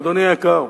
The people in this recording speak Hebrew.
אדוני היקר,